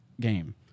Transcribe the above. game